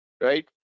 Right